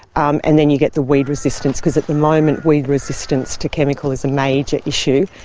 um and then you get the weed resistance, because at the moment weed resistance to chemical is a major issue.